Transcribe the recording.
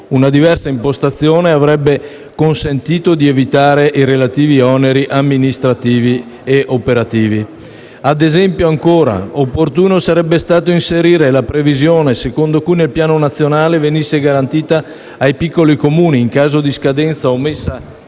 Una diversa impostazione avrebbe consentito di evitare i relativi oneri amministrativi e operativi. Ancora, ad esempio, sarebbe stato opportuno inserire la previsione secondo cui nel Piano nazionale venisse garantita ai piccoli Comuni, in caso di scadenza o messa